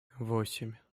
восемь